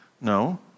No